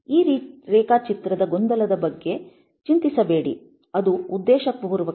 ಈ ರೇಖಾಚಿತ್ರದ ಗೊಂದಲದ ಬಗ್ಗೆ ಚಿಂತಿಸಬೇಡಿ ಅದು ಉದ್ದೇಶಪೂರ್ವಕ